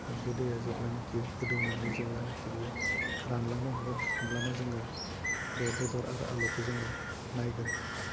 आरो बे दैआ जेब्लानोखि गोदौनानै जेब्लानोखि बेयो रानलांनो हमगोन होमब्लाना जोङो बे बेदर आरो आलुखौ जोङो नायगोन